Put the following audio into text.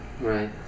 Right